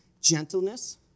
gentleness